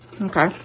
Okay